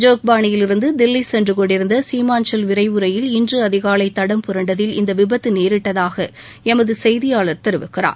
ஜோக்பாளியிலிருந்து தில்வி சென்று கொண்டிருந்த சிமாஞ்சல் விரைவு ரயில் இன்று அதிகாலை தடம் புரண்டதில் இந்த விபத்து நேரிட்டதாக எமது செய்தியாளர் தெரிவிக்கிறார்